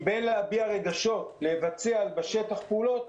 בין להביע רגשות לבין לבצע בשטח פעולות,